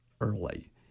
early